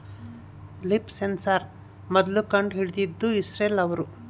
leaf sensor ಮೊದ್ಲು ಕಂಡು ಹಿಡಿದಿದ್ದು ಇಸ್ರೇಲ್ ಅವ್ರು